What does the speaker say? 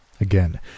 Again